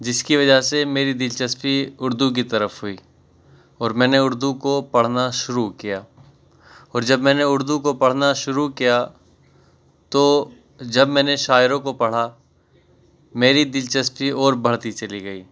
جس کی وجہ سے میری دلچسپی اردو کی طرف ہوئی اور میں نے اردو کو پڑھنا شروع کیا اور جب میں نے اردو کو پڑھنا شروع کیا تو جب میں نے شاعروں کو پڑھا میری دلچسپی اور بڑھتی چلی گئی